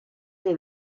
you